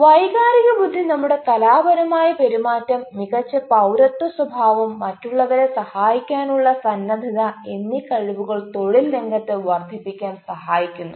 വൈകാരിക ബുദ്ധി നമ്മുടെ കലാപരമായ പെരുമാറ്റം മികച്ച പൌരത്വ സ്വഭാവം മറ്റുള്ളവരെ സഹായിക്കാനുള്ള സന്നദ്ധത എന്നി കഴിവുകൾ തൊഴിൽ രംഗത്ത് വർധിപ്പിക്കാൻ സഹായിക്കുന്നു